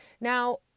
Now